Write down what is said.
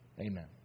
Amen